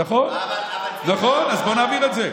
נכון, אז בואו נעביר את זה.